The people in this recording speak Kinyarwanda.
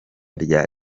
rya